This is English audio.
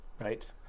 right